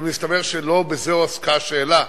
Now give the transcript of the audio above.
אבל מסתבר שלא בזה עסקה השאלה.